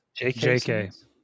jk